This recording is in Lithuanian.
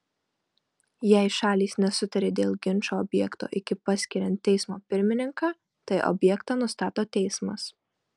jei šalys nesutarė dėl ginčo objekto iki paskiriant teismo pirmininką tai objektą nustato teismas